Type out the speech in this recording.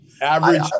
Average